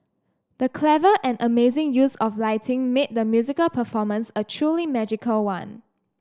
the clever and amazing use of lighting made the musical performance a truly magical one